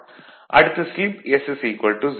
அடுத்து slip s 0